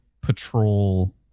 patrol